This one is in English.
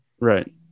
Right